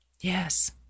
Yes